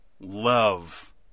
love